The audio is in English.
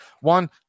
One